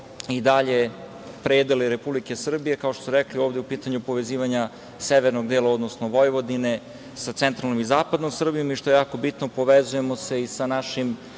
i dalje predele Republike Srbije. Kao što smo i rekli, ovde je u pitanju povezivanje severnog dela, odnosno Vojvodine sa centralnom i zapadnom Srbijom i što je jako bitno povezujemo se i sa našom